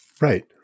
Right